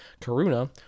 Karuna